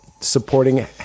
supporting